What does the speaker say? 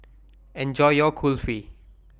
Enjoy your Kulfi